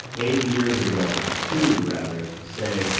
eight years ago, two rather, say,